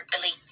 Billy